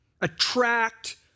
attract